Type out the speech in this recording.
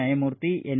ನ್ಯಾಯಮೂರ್ತಿ ಎನ್